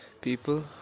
people